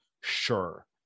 Sure